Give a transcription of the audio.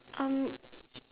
um